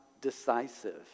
decisive